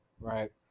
Right